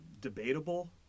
debatable